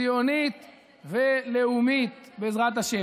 ציונית ולאומית, בעזרת השם.